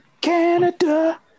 Canada